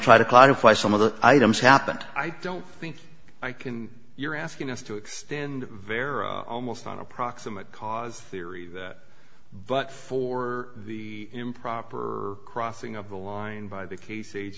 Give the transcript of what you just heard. try to clarify some of the items happened i don't think i can you're asking us to extend very almost on a proximate cause theory but for the improper or crossing of the line by the ca